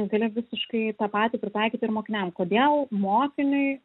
gali visiškai tą patį pritaikyti ir mokiniam kodėl mokiniui